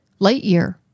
Lightyear